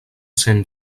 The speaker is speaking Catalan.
cent